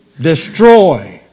destroy